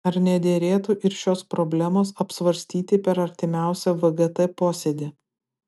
ar nederėtų ir šios problemos apsvarstyti per artimiausią vgt posėdį